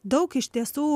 daug iš tiesų